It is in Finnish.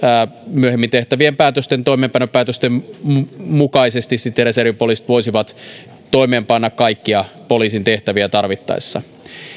myöhemmin tehtävien toimeenpanopäätösten mukaisesti sitten reservipoliisit voisivat toimeenpanna kaikkia poliisin tehtäviä tarvittaessa